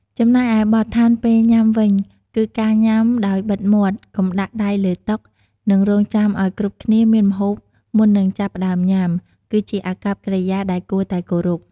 ចំណែកឯ បទដ្ឋានពេលញ៉ាំវិញ គឺការញុំាដោយបិទមាត់ កុំដាក់ដៃលើតុ និងរង់ចាំឲ្យគ្រប់គ្នាមានម្ហូបមុននឹងចាប់ផ្តើមញុំា គឺជាអាកប្បកិរិយាដែលគួរតែគោរព។